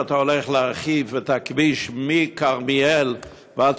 שאתה עומד להרחיב את הכביש מכרמיאל ועד